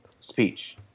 speech